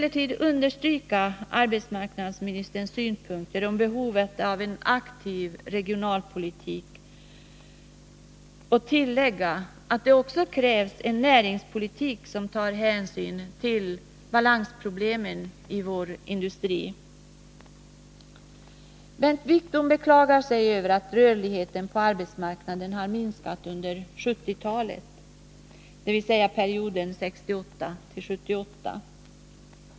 Jag vill understryka arbetsmarknadsministerns synpunkter på behovet av en aktiv regionalpolitik och tillägga att det också krävs en näringspolitik som tar hänsyn till balansproblemen i vår industri. Bengt Wittbom beklagar sig över att rörligheten på arbetsmarknaden har minskat under 1970-talet, dvs. perioden 1968-1978.